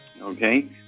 Okay